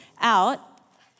out